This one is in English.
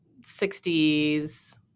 60s